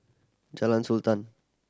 Jalan Sultan